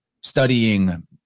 studying